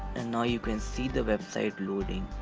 and now you can see the website loading